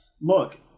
look